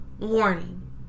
Warning